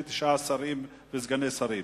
39 שרים וסגני שרים.